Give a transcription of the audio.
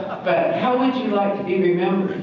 but how would you like to be remembered?